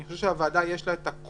אני חושב שלוועדה יש כוח